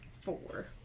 four